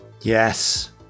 yes